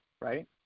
Right